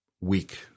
weak